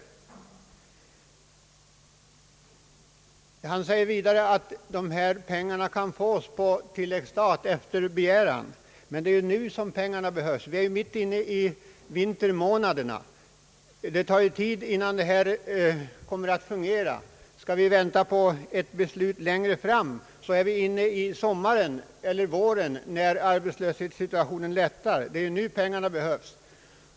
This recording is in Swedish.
Herr Birger Andersson framhåller vidare att pengar för detta ändamål kan fås på tilläggsstat efter begäran. Men det är nu som pengarna behövs. Vi är mitt inne i vintermånaderna, då läget är besvärligast, och det tar sin tid att få i gång dessa arbeten. Skall vi vänta på ett beslut om eventuell medelstilldelning längre fram hinner det bli vår eller sommar, och då har arbetslöshetssituationen kanske lättat. Det är alltså nu pengarna behövs.